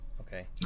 okay